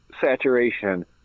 saturation